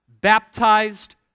Baptized